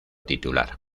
titular